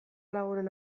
lagunen